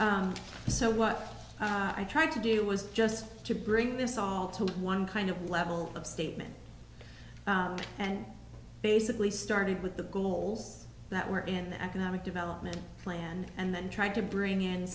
s so what i tried to do was just to bring this all to one kind of level of statement and basically started with the goals that were in the economic development plan and then trying to bring in